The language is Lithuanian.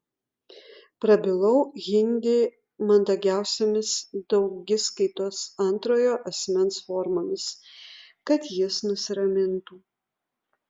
prabilau hindi mandagiausiomis daugiskaitos antrojo asmens formomis kad jis nusiramintų